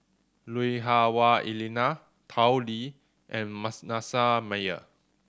Lui Hah Wah Elena Tao Li and Manasseh Meyer